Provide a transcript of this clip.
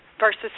versus